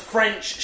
French